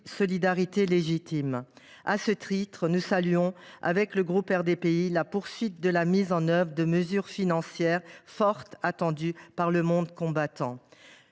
solidarité légitime. À ce titre, le groupe RDPI salue la mise en œuvre de mesures financières fortes, attendues par le monde combattant.